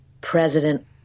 president